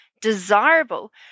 desirable